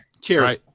Cheers